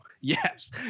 yes